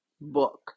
book